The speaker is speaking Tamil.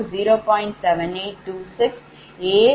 7826 A420